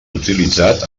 utilitzat